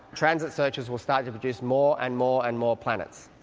transit searches will start to produce more and more and more planets.